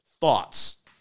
Thoughts